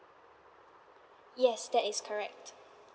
yes that is correct